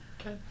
Okay